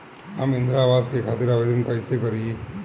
हम इंद्रा अवास के खातिर आवेदन कइसे करी?